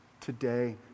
today